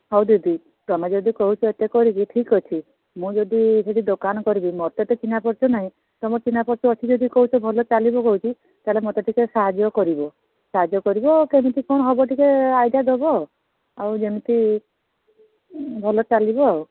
ହଉ ଦିଦି ତୁମେ ଯଦି କହୁଛ ଏତେ କରିକି ଠିକ୍ ଅଛି ମୁଁ ଯଦି ସେଇଠି ଦୋକାନ କରିବି ମୋର ତ ଚିହ୍ନା ପରିଚୟ ନାହିଁ ତୁମର ଚିହ୍ନା ପରିଚୟ ଅଛି ଯଦି କହୁଛ ଭଲ ଚାଲିବ କହୁଛି ତା'ହେଲେ ମୋତେ ଟିକିଏ ସାହାଯ୍ୟ କରିବ ସାହାଯ୍ୟ କରିବ କେମିତି କ'ଣ ହେବ ଟିକିଏ ଆଇଡ଼ିଆ ଦେବ ଆଉ ଯେମତି ଭଲ ଚାଲିବ ଆଉ